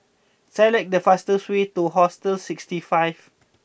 select the fastest way to Hostel sixty five